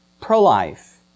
pro-life